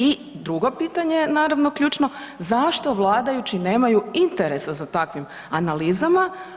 I drugo pitanje je naravno ključno, zašto vladajući nemaju interesa za takvim analizama?